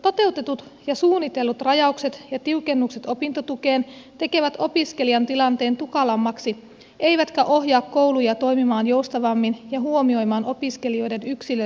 toteutetut ja suunnitellut rajaukset ja tiukennukset opintotukeen tekevät opiskelijan tilanteen tukalammaksi eivätkä ohjaa kouluja toimimaan joustavammin ja huomioimaan opiskelijoiden yksilölliset tarpeet